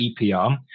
EPR